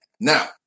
Now